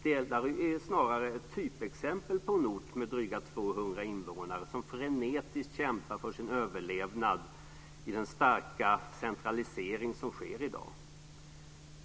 Delary är snarare ett typexempel på en ort med dryga 200 invånare som frenetiskt kämpar för sin överlevnad i den starka centralisering som sker i dag.